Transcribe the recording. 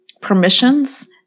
permissions